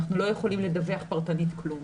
אנחנו לא יכולים לדווח פרטנית כלום.